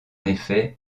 effet